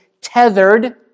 tethered